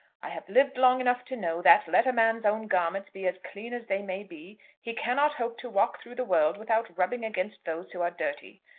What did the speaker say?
i have lived long enough to know that, let a man's own garments be as clean as they may be, he cannot hope to walk through the world without rubbing against those who are dirty.